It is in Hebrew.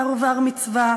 בר-מצווה ובת-מצווה,